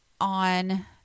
on